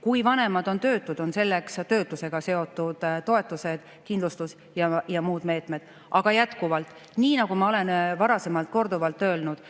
Kui vanemad on töötud, on selleks töötusega seotud toetused, kindlustus ja muud meetmed. Aga jätkuvalt, nii nagu ma olen varasemalt korduvalt öelnud: